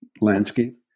landscape